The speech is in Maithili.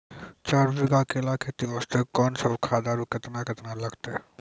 चार बीघा केला खेती वास्ते कोंन सब खाद आरु केतना केतना लगतै?